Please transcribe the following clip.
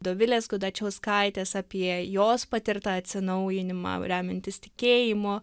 dovilės gudačiauskaitės apie jos patirtą atsinaujinimą remiantis tikėjimu